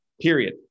period